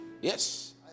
Yes